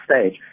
stage